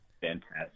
Fantastic